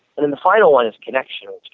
then the final one is connection.